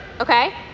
okay